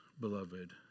beloved